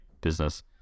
business